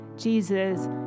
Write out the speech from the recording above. Jesus